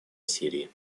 сирии